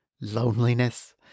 loneliness